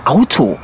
Auto